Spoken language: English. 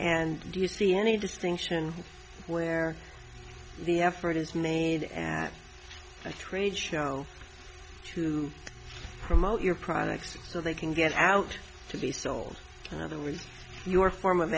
and do you see any distinction where the effort is made at a trade show to promote your products so they can get out to be sold in other ways your form of